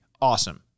awesome